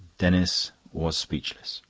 denis was speechless.